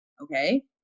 okay